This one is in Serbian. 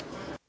Hvala.